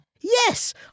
Yes